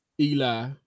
Eli